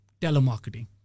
telemarketing